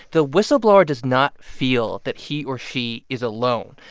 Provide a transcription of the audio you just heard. the whistleblower does not feel that he or she is alone.